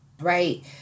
right